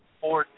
four